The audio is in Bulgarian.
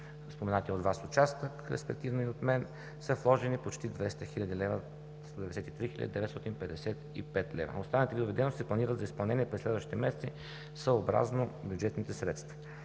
споменатия от Вас участък, респективно и от мен, са вложени почти 200 хил. лв. – 193 955 лв. Останалите видове дейности се планират за изпълнение през следващите месеци съобразно бюджетните средства.